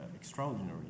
extraordinary